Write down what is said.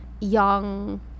young